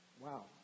Wow